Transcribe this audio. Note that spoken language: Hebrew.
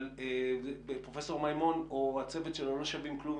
אבל פרופ' מימון או הצוות שלו לא שווים כלום,